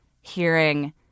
hearing